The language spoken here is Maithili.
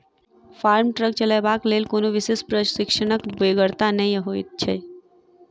फार्म ट्रक चलयबाक लेल कोनो विशेष प्रशिक्षणक बेगरता नै होइत छै